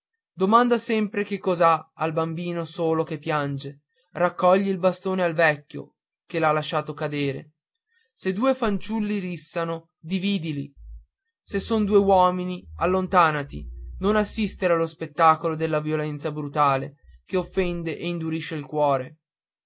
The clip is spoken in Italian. domanda sempre che cos'ha al bambino che piange raccogli il bastone al vecchio che l'ha lasciato cadere se due fanciulli rissano dividili se son due uomini allontànati non assistere allo spettacolo della violenza brutale che offende e indurisce il cuore